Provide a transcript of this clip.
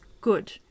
good